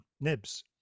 Nibs